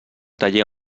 taller